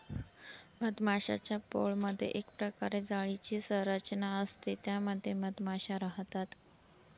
मधमाश्यांच्या पोळमधे एक प्रकारे जाळीची संरचना असते त्या मध्ये मधमाशा राहतात